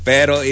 Pero